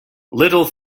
little